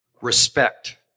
respect